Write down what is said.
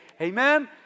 Amen